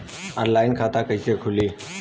Online खाता कइसे खुली?